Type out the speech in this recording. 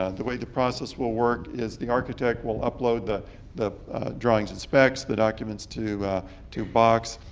ah the way the process will work is the architect will upload the the drawings and specs, the documents, to to box,